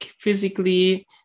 physically